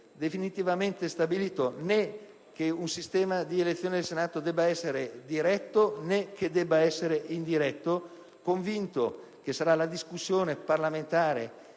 definitivamente stabilito né che il sistema di elezione del Senato debba essere diretto né che debba essere indiretto, convinto, come sono, che sarà la discussione parlamentare